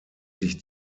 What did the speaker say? sich